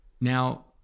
Now